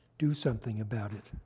do something about it.